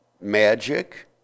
magic